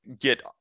get